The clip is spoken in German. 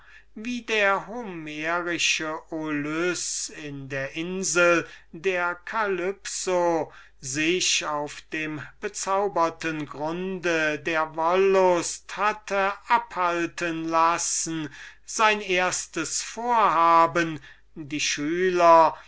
wie der homerische ulyß in der insel der calypso sich in dem bezauberten grunde der wollust hatte aufhalten lassen sein erstes vorhaben die schüler